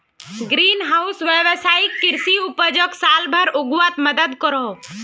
green house वैवसायिक कृषि उपजोक साल भर उग्वात मदद करोह